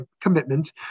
commitment